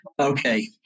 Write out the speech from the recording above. Okay